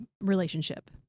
relationship